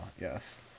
yes